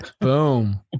Boom